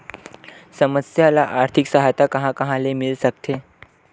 समस्या ल आर्थिक सहायता कहां कहा ले मिल सकथे?